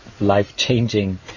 life-changing